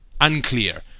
unclear